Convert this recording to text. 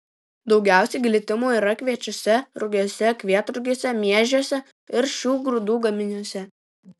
daugiausiai glitimo yra kviečiuose rugiuose kvietrugiuose miežiuose ir šių grūdų gaminiuose